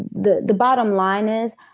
the the bottom line is,